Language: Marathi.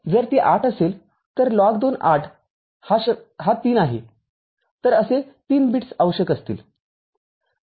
जर ती ८असेल तर हा ३ आहे तरअसे ३ बिट्स आवश्यक असतील